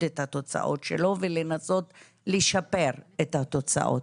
את התוצאות שלו ולנסות לשפר את התוצאות.